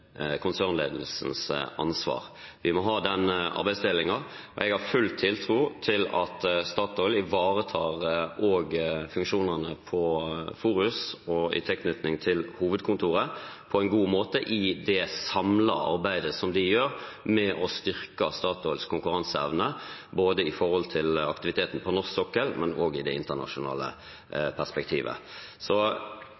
konsernledelsens ansvar. Vi må ha den arbeidsdelingen, og jeg har full tiltro til at Statoil ivaretar funksjonene på Forus og i tilknytning til hovedkontoret på en god måte i det samlede arbeidet som de gjør med å styrke Statoils konkurranseevne både når det gjelder aktiviteten på norsk sokkel og i det internasjonale